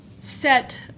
set